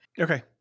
Okay